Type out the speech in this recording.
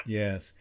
yes